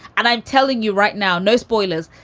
and i'm telling you right now, no spoilers.